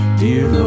dear